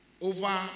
over